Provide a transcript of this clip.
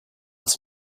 bots